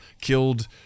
killed